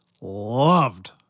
loved